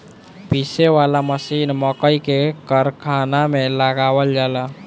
पीसे वाला मशीन मकई के कारखाना में लगावल जाला